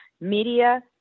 media